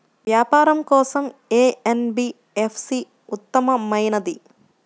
వ్యాపారం కోసం ఏ ఎన్.బీ.ఎఫ్.సి ఉత్తమమైనది?